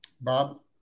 Bob